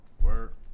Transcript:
Work